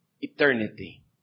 eternity